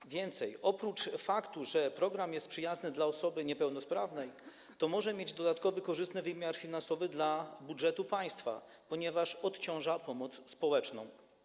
Co więcej, oprócz faktu, że program jest przyjazny dla osoby niepełnosprawnej, może mieć to dodatkowy korzystny wymiar finansowy dla budżetu państwa, ponieważ odciąża pomoc społeczną.